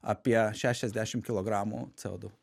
apie šešiasdešimt kilogramų co du